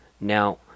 now